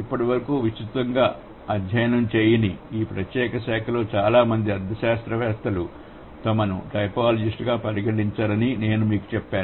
ఇప్పటివరకు విస్తృతంగా అధ్యయనం చేయని ఈ ప్రత్యేక శాఖలో చాలా మంది అర్థశాస్త్రవేత్తలు తమను టోపోలాజిస్టులుగా పరిగణించరని నేను మీకు చెప్పాను